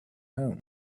home